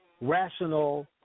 rational